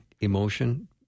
emotion